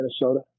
Minnesota